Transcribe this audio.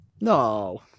No